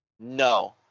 No